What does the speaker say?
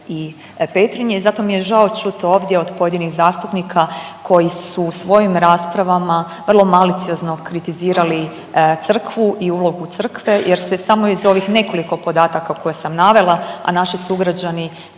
i Petrinje. I zato mi je žao čuti ovdje od pojedinih zastupnika koji su u svojim raspravama vrlo maliciozno kritizirali crkvu i ulogu crkve, jer se samo iz ovih nekoliko podataka koje sam navela, a naši sugrađani